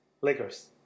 Lakers